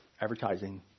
advertising